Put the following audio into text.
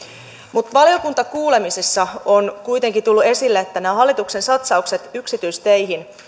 mutta valiokuntakuulemisissa on kuitenkin tullut esille että nämä hallituksen satsaukset yksityisteihin